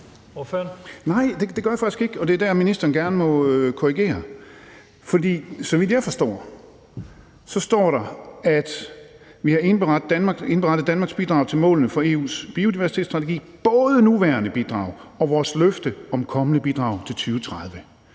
Nej, det gør jeg faktisk ikke, og det er der, ministeren gerne må korrigere. For så vidt jeg forstår det, står der, at vi har indberettet Danmarks bidrag til målene for EU's biodiversitetsstrategi, både vores nuværende bidrag og vores løfte om kommende bidrag til 2030.